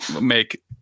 make